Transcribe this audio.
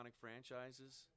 franchises